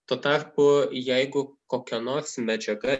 tuo tarpu jeigu kokia nors medžiaga